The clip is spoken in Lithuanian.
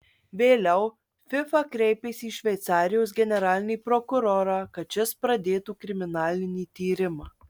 vėliau fifa kreipėsi į šveicarijos generalinį prokurorą kad šis pradėtų kriminalinį tyrimą